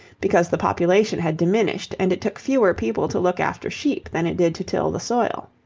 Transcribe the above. because the population had diminished, and it took fewer people to look after sheep than it did to till the soil.